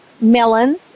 melons